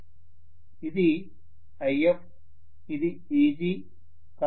ఇది If ఇది Eg